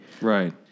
Right